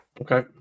Okay